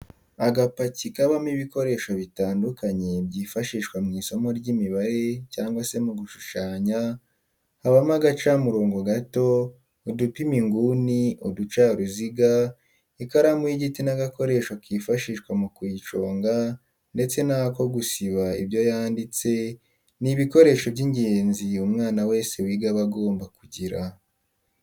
Agapaki kabamo ibikoresho bitandukanye byifashishwa mu isomo ry'imibare cyangwa se mu gushushanya habamo agacamurongo gato, udupima inguni, uducaruziga, ikaramu y'igiti n'agakoresho kifashishwa mu kuyiconga ndetse n'ako gusiba ibyo yanditse, ni ibikoresho by'ingenzi umwana wese wiga aba agomba kugira.